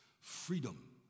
Freedom